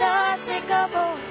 unsinkable